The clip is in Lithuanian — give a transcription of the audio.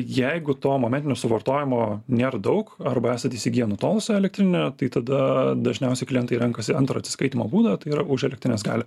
jeigu to momentinio suvartojimo nėr daug arba esat įsigiję nutolusią elektrinę tai tada dažniausiai klientai renkasi antrą atsiskaitymo būdą tai yra už elektrinės skalę